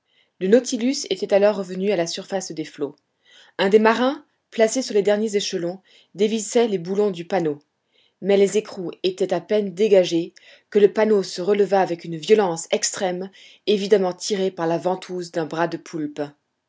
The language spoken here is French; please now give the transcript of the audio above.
le nautilus était alors revenu à la surface des flots un des marins placé sur les derniers échelons dévissait les boulons du panneau mais les écrous étaient à peine dégagés que le panneau se releva avec une violence extrême évidemment tiré par la ventouse d'un bras de poulpe